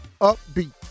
upbeat